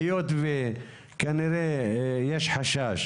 היות וכנראה יש חשש